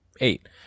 eight